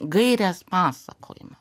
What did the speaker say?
gairės pasakojimo